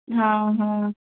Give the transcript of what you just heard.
हा हा